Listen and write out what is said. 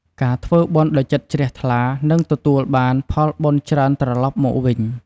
ការធ្វើបុណ្យដោយចិត្តជ្រះថ្លា នឹងទទួលបានផលបុណ្យច្រើនត្រឡប់មកវិញ។